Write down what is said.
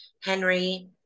henry